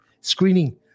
screening